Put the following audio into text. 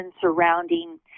surrounding